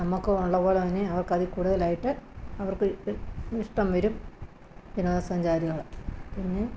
നമുക്കും ഉള്ളതു പോലെ തന്നെ അവർക്കതിൽ കൂടുതലായിട്ട് അവർക്ക് ഇഷ്ടം വരും വിനോദസഞ്ചാരികൾ പിന്നെ